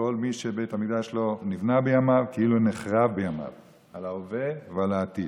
"כל מי שבית המקדש לא נבנה בימיו כאילו נחרב בימיו" על ההווה ועל העתיד.